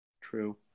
true